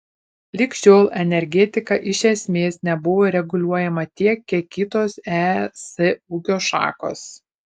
lig šiol energetika iš esmės nebuvo reguliuojama tiek kiek kitos es ūkio šakos